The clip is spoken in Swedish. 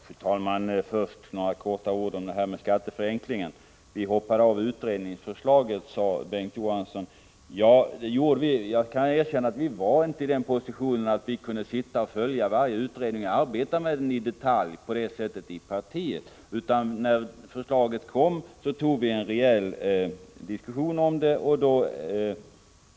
Fru talman! Först några ord om skatteförenklingen. Folkpartiet hoppade av utredningsförslaget, sade Bengt K. Å. Johansson. Ja, det gjorde vi. Jag kan erkänna att vi inte var i den positionen att vi kunde följa varje utredning i detalj i partiet. När förslaget kom, tog vi en rejäl diskussion om det.